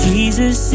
Jesus